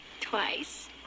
twice